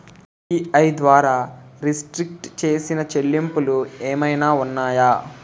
UPI ద్వారా restrict చేసిన చెల్లింపులు ఏమైనా ఉన్నాయా?